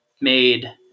made